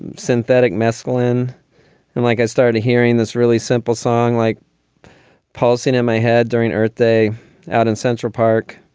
and synthetic mescaline and like i started hearing this really simple song like pulsing in my head during earth day out in central park.